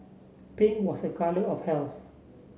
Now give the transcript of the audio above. pink was a colour of health